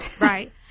Right